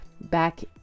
back